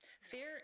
Fear